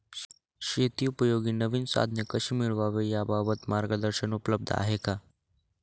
शेतीउपयोगी नवीन साधने कशी मिळवावी याबाबत मार्गदर्शन उपलब्ध आहे का?